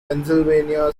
pennsylvania